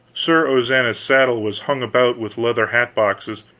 sir ozana's saddle was hung about with leather hat boxes,